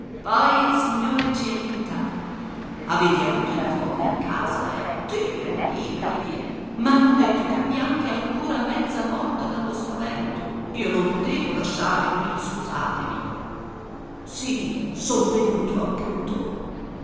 poi il signore ci aiuta avete avuto il fuoco in casa eh dio liberi m'hanno detto che bianca è ancora mezza morta dallo spavento io non potevo lasciare qui scusatemi sì son venuto appunto